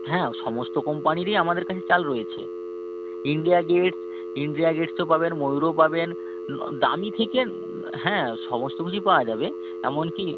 হ্যাঁ সমস্ত কোম্পানিরই আমাদের কাছে চাল রয়েছে ইন্ডিয়া গেট ইন্ডিয়া গেট তো পাবেন ময়ূরও পাবেন দামি থেকে হ্যাঁ সমস্ত কিছুই পাওয়া যাবে এমন কি